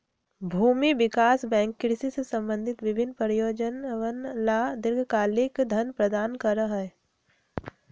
भूमि विकास बैंक कृषि से संबंधित विभिन्न परियोजनअवन ला दीर्घकालिक धन प्रदान करा हई